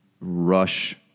rush